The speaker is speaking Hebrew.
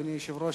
אדוני היושב-ראש,